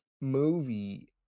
movie